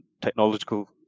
technological